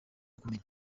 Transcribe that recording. kumenya